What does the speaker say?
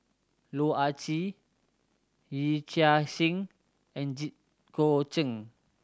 Loh Ah Chee Yee Chia Hsing and Jit Koon Ch'ng